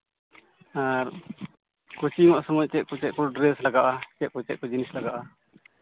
ᱟᱨ coaching ᱚᱜ ᱥᱚᱢᱚᱭ ᱪᱮᱫ ᱠᱚ ᱪᱮᱫ ᱠᱚ ᱰᱨᱮᱥ ᱞᱟᱜᱟᱜᱼᱟ ᱪᱮᱫ ᱠᱚ ᱪᱮᱫ ᱠᱚ ᱡᱤᱱᱤᱥ ᱞᱟᱜᱟᱜᱼᱟ